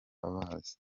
abazi